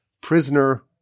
prisoner